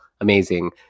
amazing